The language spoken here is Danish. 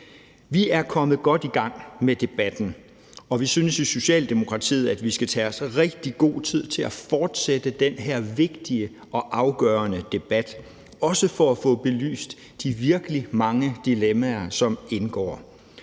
Vi er kommet godt i gang med debatten, og vi synes i Socialdemokratiet, at vi skal tage os rigtig god tid til at fortsætte den her vigtige og afgørende debat, også for at få belyst de virkelig mange dilemmaer, som indgår.